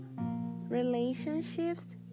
Relationships